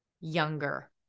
younger